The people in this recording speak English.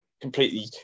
completely